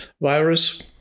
virus